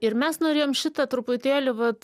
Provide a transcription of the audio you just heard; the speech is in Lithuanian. ir mes norėjom šitą truputėlį vat